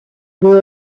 real